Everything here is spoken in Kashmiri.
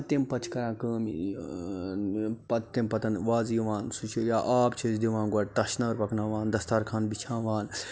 پَتہٕ تمہِ پَتہٕ چھِ کَران کٲم پَتہٕ تمہِ پَتَن وازٕ یِوان سُہ چھُ یا آب چھِ أسۍ دِوان گۄڈٕ تَش نٲر پَکناوان دَسترخان بِچھاوان